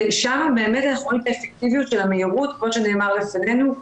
ושם באמת אנחנו רואים את האפקטיביות של המהירות כמו שנאמר לפנינו,